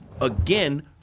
again